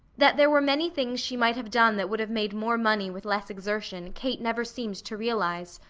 that there were many things she might have done that would have made more money with less exertion kate never seemed to realize.